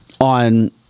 on